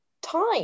time